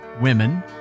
women